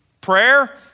Prayer